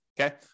okay